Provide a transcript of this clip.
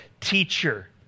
teacher